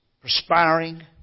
perspiring